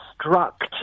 construct